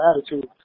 attitude